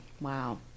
Wow